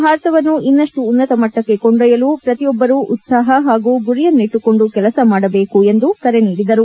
ಭಾರತವನ್ನು ಇನ್ನಷ್ಟು ಉನ್ನತಮಟ್ಟಕ್ಕೆ ಕೊಂಡೊಯ್ಯಲು ಪ್ರತಿಯೊಬ್ಬರು ಉತ್ಸಾಹ ಹಾಗೂ ಗುರಿಯನ್ನಿಟ್ಟುಕೊಂಡು ಕೆಲಸ ಮಾಡಬೇಕು ಎಂದು ಕರೆ ನೀಡಿದರು